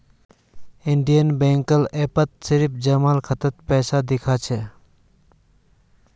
Indian बैंकेर ऐपत केवल जमा खातात पैसा दि ख छेक